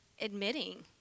admitting